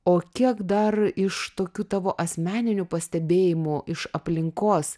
o kiek dar iš tokių tavo asmeninių pastebėjimų iš aplinkos